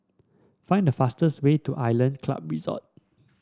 find the fastest way to Island Club Resort